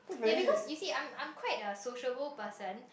ya because you see I'm I'm quite a sociable person